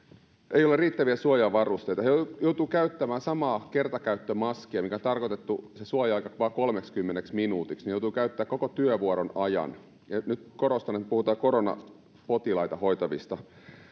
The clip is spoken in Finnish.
ei ole riittäviä suojavarusteita he joutuvat käyttämään samaa kertakäyttömaskia minkä suoja aika on tarkoitettu vain kolmeksikymmeneksi minuutiksi koko työvuoron ajan ja nyt korostan että puhutaan koronapotilaita hoitavasta